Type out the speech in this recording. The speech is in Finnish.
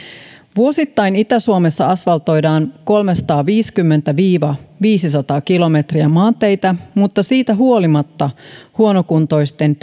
vuosittain itä suomessa asfaltoidaan kolmesataaviisikymmentä viiva viisisataa kilometriä maanteitä mutta siitä huolimatta huonokuntoisten